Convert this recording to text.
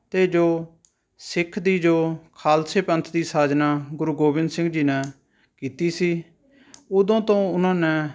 ਅਤੇ ਜੋ ਸਿੱਖ ਦੀ ਜੋ ਖਾਲਸੇ ਪੰਥ ਦੀ ਸਾਜਨਾ ਗੁਰੂ ਗੋਬਿੰਦ ਸਿੰਘ ਜੀ ਨੇ ਕੀਤੀ ਸੀ ਉਦੋਂ ਤੋਂ ਉਹਨਾਂ ਨੇ